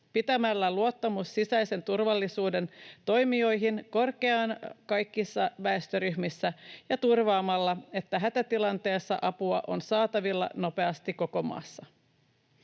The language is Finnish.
pitämällä luottamus sisäisen turvallisuuden toimijoihin korkeana kaikissa väestöryhmissä ja turvaamalla, että hätätilanteessa apua on saatavilla nopeasti koko maassa.